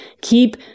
keep